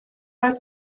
oedd